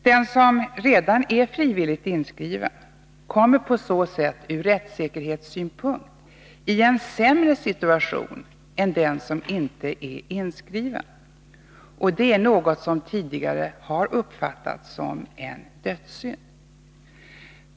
Den som redan är frivilligt inskriven kommer på så sätt ur rättssäkerhetssynpunkt i en sämre situation än den som inte är inskriven — något som tidigare har betraktats som en dödssynd.